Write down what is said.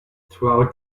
throughout